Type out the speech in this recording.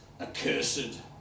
accursed